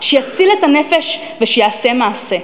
שיציל את הנפש ושיעשה מעשה,